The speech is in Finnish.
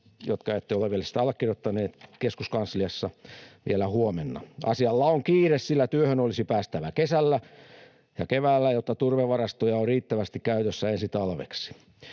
jotka ette ole vielä sitä allekirjoittaneet, allekirjoittamassa keskuskansliassa vielä huomenna. Asialla on kiire, sillä työhön olisi päästävä kesällä ja keväällä, jotta turvevarastoja on riittävästi käytössä ensi talveksi.